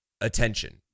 attention